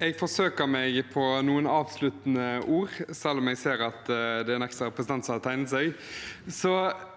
Jeg forsøker meg på noen avsluttende ord, selv om jeg ser at det er en ekstra representant som har tegnet seg.